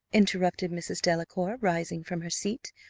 interrupted mrs. delacour, rising from her seat,